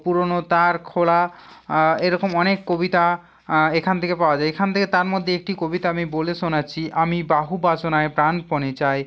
পুরানো তার খোলো এরকম অনেক কবিতা এখান থেকে পাওয়া যায় এখান থেকে তার মধ্যে একটি কবিতা আমি বলে শোনাচ্ছি আমি বহু বাসনায় প্রাণপণে চাই